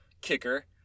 kicker